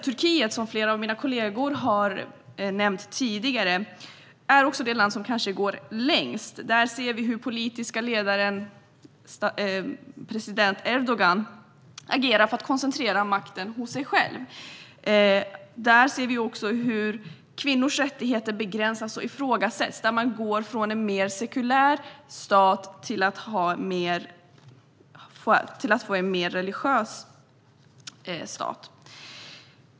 Turkiet, som har nämnts av flera av min kollegor, är det land som kanske går längst. Där ser vi hur den politiske ledaren president Erdogan agerar för att koncentrera makten hos sig själv. Vi ser också hur kvinnors rättigheter begränsas och ifrågasätts när man går från en mer sekulär stat till en mer religiös stat.